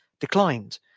declined